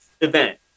event